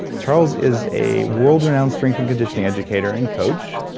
charles is a world renowned strength and conditioning educator and coach.